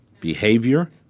behavior